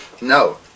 No